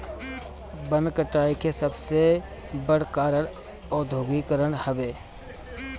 वन कटाई के सबसे बड़ कारण औद्योगीकरण हवे